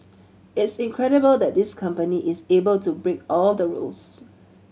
it's incredible that this company is able to break all the rules